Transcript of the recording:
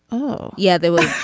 oh, yeah, they were